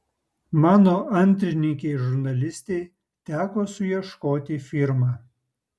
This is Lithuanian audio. mano antrininkei žurnalistei teko suieškoti firmą